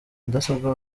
mudasobwa